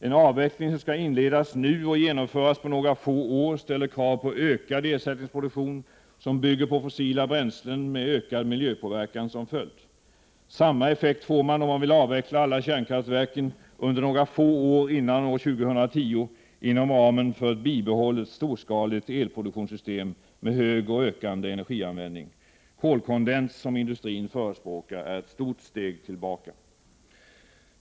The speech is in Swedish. En avveckling som skall inledas nu och genomföras på några få år ställer krav på ökad ersättningsproduktion, som bygger på fossila bränslen med ökad miljöpåverkan som följd. Samma effekt får man, om man vill avveckla alla kärnkraftverken under några få år före 2010 inom ramen för ett bibehållet storskaligt elproduktionssystem med hög och ökande energianvändning. Kolkondens, som industrin förespråkar, är ett stort steg tillbaka.